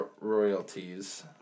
royalties